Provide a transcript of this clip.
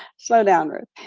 slow down ruth.